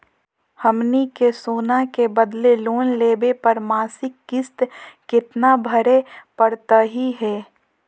हमनी के सोना के बदले लोन लेवे पर मासिक किस्त केतना भरै परतही हे?